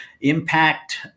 impact